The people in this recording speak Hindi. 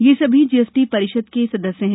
ये सभी जीएसटी परिषद के सदस्य हैं